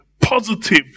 positive